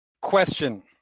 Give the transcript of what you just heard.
question